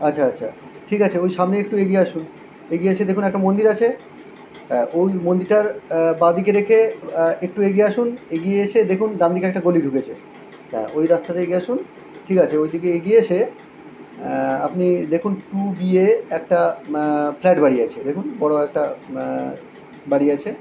আচ্ছা আচ্ছা ঠিক আছে ওই সামনে একটু এগিয়ে আসুন এগিয়ে এসে দেখুন একটা মন্দির আছে ওই মন্দিরটার বাঁদিকে রেখে একটু এগিয়ে আসুন এগিয়ে এসে দেখুন ডানদিকে একটা গলি ঢুকেছে হ্যাঁ ওই রাস্তাতে এগিয়ে আসুন ঠিক আছে ওই দিকে এগিয়ে এসে আপনি দেখুন টু বিএ একটা ফ্ল্যাট বাড়ি আছে দেখুন বড় একটা বাড়ি আছে